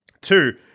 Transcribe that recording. Two